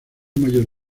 mayor